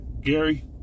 Gary